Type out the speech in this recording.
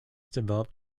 developed